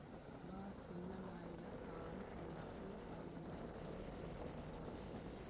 మా సిన్ననాయిన కారు కొన్నప్పుడు పదేళ్ళ ఇన్సూరెన్స్ సేసిండు